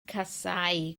casáu